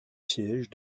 siège